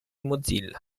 mozilla